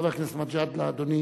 חבר הכנסת מג'אדלה, אדוני.